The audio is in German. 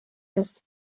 ist